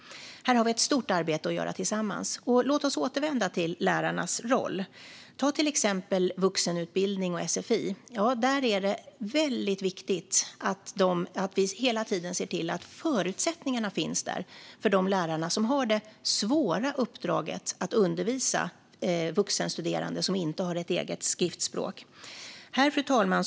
Här har vi ett stort arbete att göra tillsammans. Låt oss återvända till lärarnas roll. Ta till exempel vuxenutbildning och sfi - där är det väldigt viktigt att vi hela tiden ser till att förutsättningarna finns för de lärare som har det svåra uppdraget att undervisa vuxenstuderande som inte har ett eget skriftspråk. Fru talman!